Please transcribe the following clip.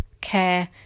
care